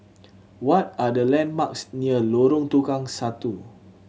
what are the landmarks near Lorong Tukang Satu